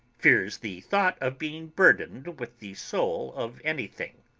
fears the thought of being burdened with the soul of anything.